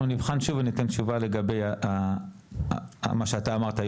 נבחן שוב וניתן תשובה לגבי מה שאתה אמרת,